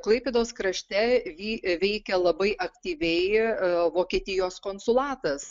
klaipėdos krašte vi veikė labai aktyviai a vokietijos konsulatas